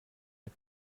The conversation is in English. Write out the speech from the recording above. the